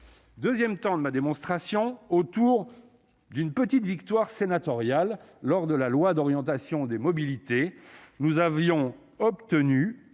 2ème temps de ma démonstration autour d'une petite victoire sénatoriale lors de la loi d'orientation des mobilités, nous avions obtenu